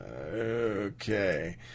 Okay